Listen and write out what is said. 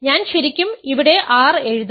ഞാൻ ശരിക്കും ഇവിടെ r എഴുതണം